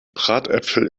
bratäpfel